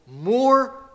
more